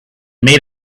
made